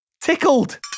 Tickled